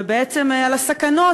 ובעצם על הסכנות,